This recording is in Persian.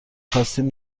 خواستیم